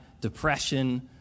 depression